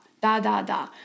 da-da-da